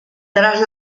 tras